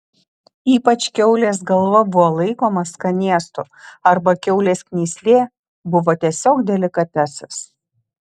ypač kiaulės galva buvo laikoma skanėstu arba kiaulės knyslė buvo tiesiog delikatesas